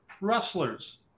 wrestlers